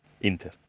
Inter